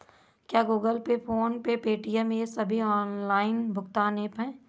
क्या Google Pay PhonePe Paytm ये सभी ऑनलाइन भुगतान ऐप हैं?